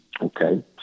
Okay